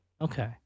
okay